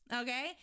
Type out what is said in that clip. Okay